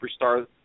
superstar